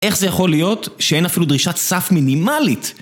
איך זה יכול להיות שאין אפילו דרישת סף מינימלית?